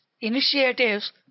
initiatives